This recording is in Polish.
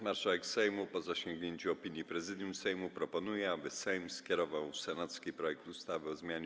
Marszałek Sejmu, po zasięgnięciu opinii Prezydium Sejmu, proponuje, aby Sejm skierował senacki projekt ustawy o zmianie